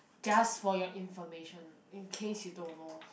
just for your information in case you don't know